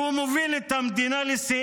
אני מודה שהוא מוביל את המדינה לשיאים,